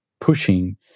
pushing